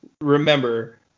remember